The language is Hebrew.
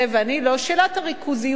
שאלת הריכוזיות,